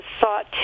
sought